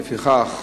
לפיכך,